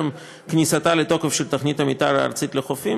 טרם כניסתה לתוקף של תוכנית המתאר הארצית לחופים,